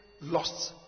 lost